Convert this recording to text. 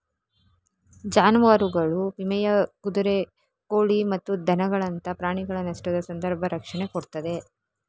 ಜಾನುವಾರುಗಳ ವಿಮೆಯು ಕುದುರೆ, ಕೋಳಿ ಮತ್ತು ದನಗಳಂತಹ ಪ್ರಾಣಿಗಳ ನಷ್ಟದ ಸಂದರ್ಭ ರಕ್ಷಣೆ ಕೊಡ್ತದೆ